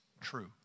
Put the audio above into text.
true